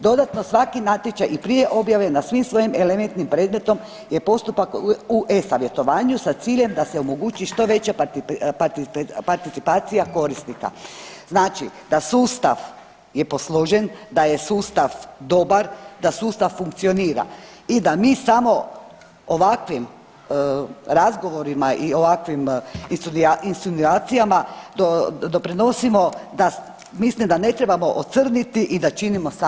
Dodatno, svaki natječaj i prije objave na svim svojim elementnim predmetom je postupak u e-savjetovanju sa ciljem da se omogući što veća participacija korisnika, znači da sustav je posložen, da je sustav dobar, da sustav funkcionira i da mi samo ovakvim razgovorima i ovakvim insinuacijama doprinosimo da mislim da ne trebamo ocrniti i da činimo samo štetu.